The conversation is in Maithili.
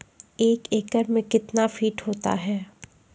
एक एकड मे कितना फीट होता हैं?